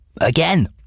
again